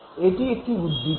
এটি একটি উদ্দীপনা